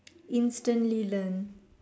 instantly learn